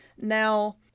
Now